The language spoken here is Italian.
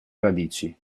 radici